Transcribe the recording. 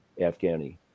Afghani